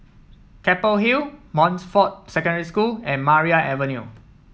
Keppel Hill Montfort Secondary School and Maria Avenue